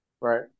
Right